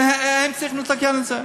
שהם צריכים לתקן את זה.